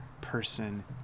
person